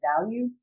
value